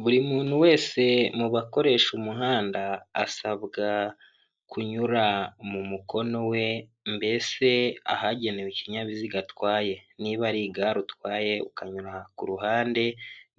Buri muntu wese mu bakoresha umuhanda asabwa kunyura mu mukono we mbese ahagenewe ikinyabiziga atwaye, niba ari igare utwaye ukanyura ku ruhande,